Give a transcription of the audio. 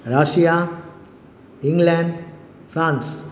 Russia England France